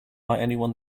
anyone